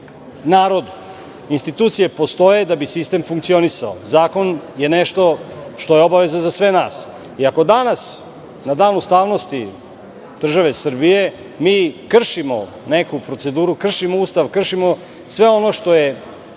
narodu. Institucije postoje da bi sistem funkcionisao. Zakon je nešto što je obaveza za sve nas. Ako danas, na Dan ustavnosti države Srbije, mi krišimo neku proceduru, kršimo Ustav, kršimo sve ono što je